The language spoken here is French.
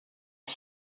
qui